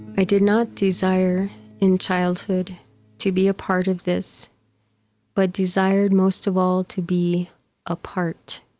i did not desire in childhood to be a part of this but desired most of all to be a part.